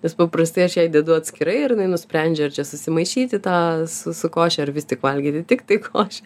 nes paprastai aš jai dedu atskirai ir nusprendžia ar čia susimaišyti tą su su koše ar vis tik valgyti tik tai košę